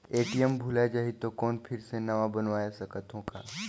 ATM भुलाये जाही तो कौन फिर से नवा बनवाय सकत हो का?